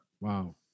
Wow